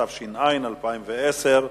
התש"ע 2010,